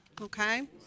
Okay